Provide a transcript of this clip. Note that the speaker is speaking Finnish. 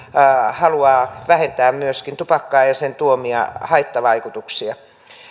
haluaa vähentää myöskin tupakkaa ja ja sen tuomia haittavaikutuksia